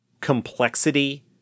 complexity